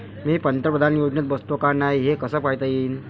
मी पंतप्रधान योजनेत बसतो का नाय, हे कस पायता येईन?